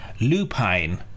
lupine